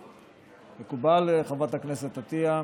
מקובל, חברת הכנסת עטייה?